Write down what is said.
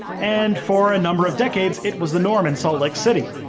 and for a number of decades, it was the norm in salt lake city.